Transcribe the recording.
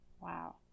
Wow